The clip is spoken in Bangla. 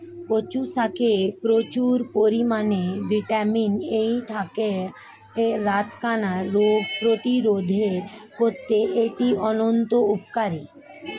কচু শাকে প্রচুর পরিমাণে ভিটামিন এ থাকায় রাতকানা রোগ প্রতিরোধে করতে এটি অত্যন্ত উপকারী